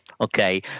Okay